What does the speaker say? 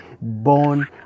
born